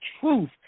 truth